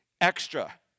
extra